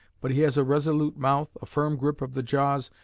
but he has a resolute mouth, a firm grip of the jaws,